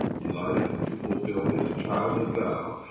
delighted to fulfill his childhood vow,